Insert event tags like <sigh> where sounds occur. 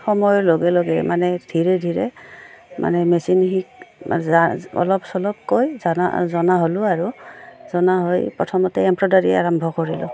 সময়ৰ লগে লগে মানে ধীৰে ধীৰে মানে মেচিন <unintelligible> অলপ চলপকৈ জনা জনা হ'লোঁ আৰু জনা হৈ প্ৰথমতে এম্ব্ৰইডাৰী আৰম্ভ কৰিলোঁ